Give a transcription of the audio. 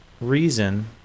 Reason